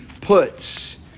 puts